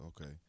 Okay